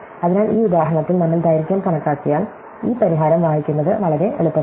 അതിനാൽ ഈ ഉദാഹരണത്തിൽ നമ്മൾ ദൈർഘ്യം കണക്കാക്കിയാൽ ഈ പരിഹാരം വായിക്കുന്നത് വളരെ എളുപ്പമാണ്